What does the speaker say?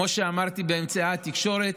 כמו שאמרתי באמצעי התקשורת.